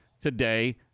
today